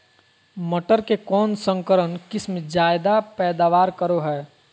मटर के कौन संकर किस्म जायदा पैदावार करो है?